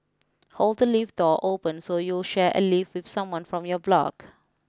hold the lift door open so you'll share a lift with someone from your block